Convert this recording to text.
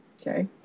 Okay